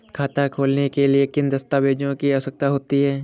खाता खोलने के लिए किन दस्तावेजों की आवश्यकता होती है?